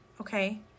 Okay